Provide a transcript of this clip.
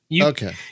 Okay